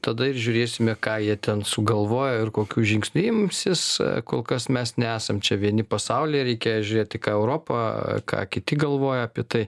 tada ir žiūrėsime ką jie ten sugalvojo ir kokių žingsnių imsis kol kas mes nesam čia vieni pasaulyje reikia žiūrėti ką europa ką kiti galvoja apie tai